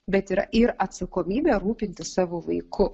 bet yra ir atsakomybė rūpintis savo vaiku